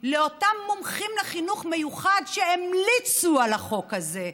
לאותם מומחים לחינוך מיוחד שהמליצו על החוק הזה,